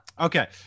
Okay